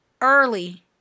early